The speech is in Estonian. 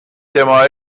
tema